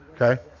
okay